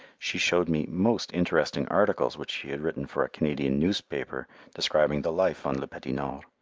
she showed me most interesting articles which she had written for a canadian newspaper describing the life on le petit nord.